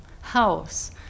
house